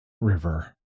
River